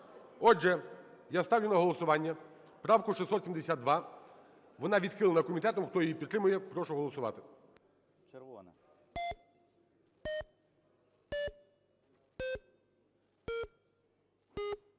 Отже, я ставлю на голосування правку 672, вона відхилена комітетом. Хто її підтримує, прошу голосувати.